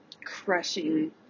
crushing